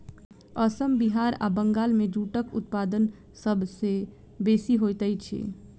असम बिहार आ बंगाल मे जूटक उत्पादन सभ सॅ बेसी होइत अछि